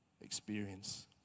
experience